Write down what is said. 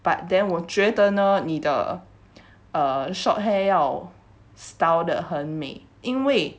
but then 我觉得呢你的 uh short hair 要 style 的很美因为